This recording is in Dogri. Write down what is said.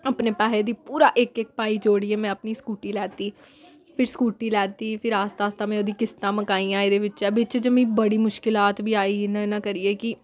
अपने पैहे दी पूरा इक इक पाई जोड़ियै में अपनी स्कूटी लैती फिर स्कूटी लैती फिर आस्ता आस्ता में ओह्दी किस्तां मकाइयां एह्दे बिच्चा बिच्च मीं बड़ी मुश्कलात बी आई इ'यां इ'यां करियै कि